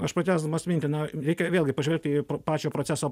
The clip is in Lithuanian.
aš pratęsdamas mintį na reikia vėlgi pažiūrėt į pr pačio proceso